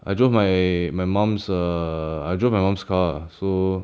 I drove my my mum's err I drove my mom's car lah so